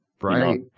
Right